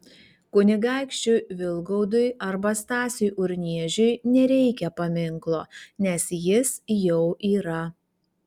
kunigaikščiui vilgaudui arba stasiui urniežiui nereikia paminklo nes jis jau yra